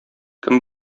кем